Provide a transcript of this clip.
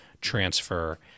transfer